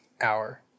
hour